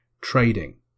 trading